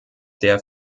der